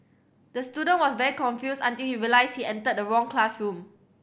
the student was very confused until he realised he entered the wrong classroom